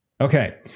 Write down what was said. okay